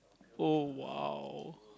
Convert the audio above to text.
oh !wow!